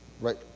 Right